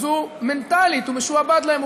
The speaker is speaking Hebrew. אז מנטלית הוא משועבד להם,